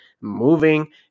moving